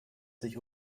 sich